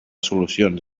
solucions